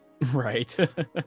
Right